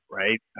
right